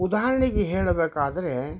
ಉದಾಹರಣೆಗೆ ಹೇಳಬೇಕಾದ್ರೆ